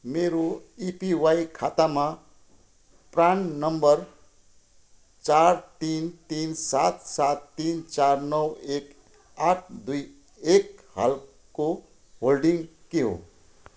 मेरो एपिवाई खातामा PRAN number चार तिन तिन सात सात तिन चार नौ एक आठ दुई एक हालको होल्डिङ के हो